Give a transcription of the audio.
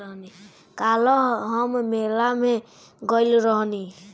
काल्ह हम मेला में गइल रहनी